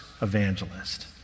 evangelist